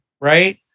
right